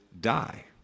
die